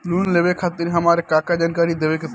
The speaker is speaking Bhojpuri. लोन लेवे खातिर हमार का का जानकारी देवे के पड़ी?